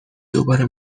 دوباره